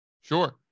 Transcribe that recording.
Sure